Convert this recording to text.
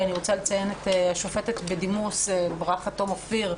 אני רוצה לציין את השופטת בדימוס ברכה תום אופיר,